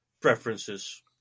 preferences